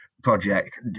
project